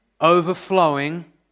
overflowing